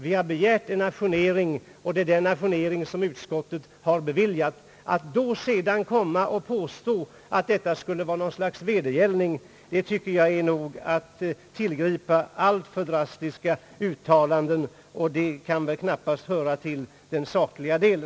Vi har begärt en ajournering, och det är den ajourneringen som utskottet har beviljat. Att då sedan komma och påstå att detta skulle vara något slags vedergällning är nog att tillgripa alltför drastiska uttalanden, Ang. hyreslagstiftningen och det kan väl knappast höra till den sakliga delen.